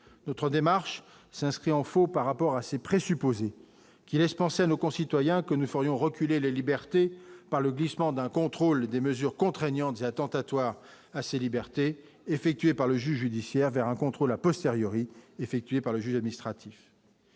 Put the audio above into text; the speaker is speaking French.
notre démarche s'inscrit en faux par rapport à ses présupposés qui laissent penser à nos concitoyens que nous ferions reculer les libertés par le glissement d'un contrôle des mesures contraignantes attentatoire à ses libertés, effectuée par le juge judiciaire vers un contrôle la postériori effectuée par le juge administratif